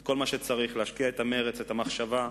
כל מה שצריך, להשקיע את המרץ, את המחשבה,